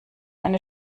eine